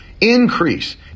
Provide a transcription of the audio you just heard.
Increase